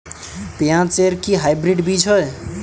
পেঁয়াজ এর কি হাইব্রিড বীজ হয়?